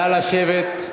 נא לשבת.